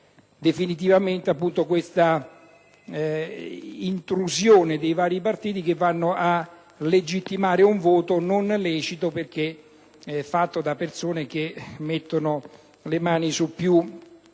definitivamente l'intrusione dei vari partiti che legittimano un voto non lecito, perché espresso da persone che mettono le mani su più